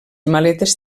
maletes